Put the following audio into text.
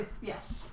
Yes